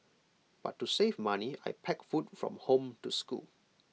but to save money I packed food from home to school